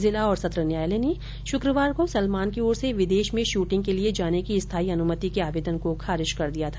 जिला और सत्र न्यायालय ने शुक्रवार को सलमान की ओर से विदेश में शूटिंग के लिए जाने की स्थायी अन्मति के आयेदन को खारिज कर दिया था